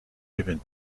even